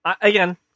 Again